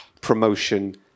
promotion